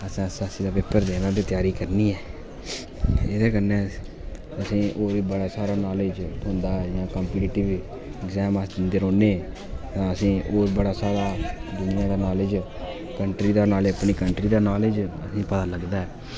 असें एसएससी दा पेपर देना ते त्यारी करनी ऐ ते एह्दे कन्नै असेंगी होर बी बड़ा सारा नॉलेज़ थ्होंदा ऐ जां कम्पीटेटिव एग्जाम अस दिंदे रौह्न्ने असेंगी होर बी बड़ा सारा दुनिया दा नॉलेज़ कंट्री दा कंट्री दा नॉलेज़ पता चलदा ऐ